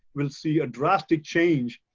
we'll see a drastic change,